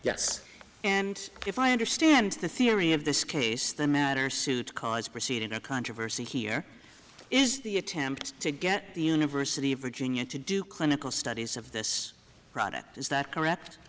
yes and if i understand the theory of this case the matter suit cause proceed in a controversy here is the attempt to get the university of virginia to do clinical studies of this product is that correct